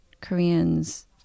Koreans